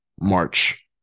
March